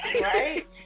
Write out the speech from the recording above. right